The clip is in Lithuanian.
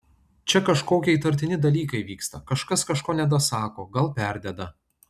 čia kažkokie įtartini dalykai vyksta kažkas kažko nedasako gal perdeda